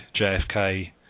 JFK